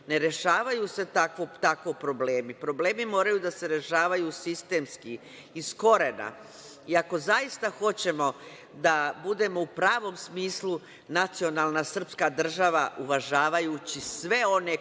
Ne rešavaju se tako problemi. Problemi moraju da se rešavaju sistemski, iz korena. Ako zaista hoćemo da budemo u pravom smislu nacionalna srpska država, uvažavajući sve one